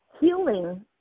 Healing